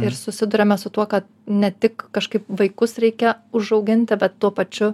ir susiduriame su tuo kad ne tik kažkaip vaikus reikia užauginti bet tuo pačiu